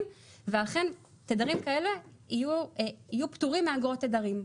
ואכן תדרים כאלה יהיו פטורים מאגרות תדרים.